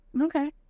Okay